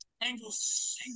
Angles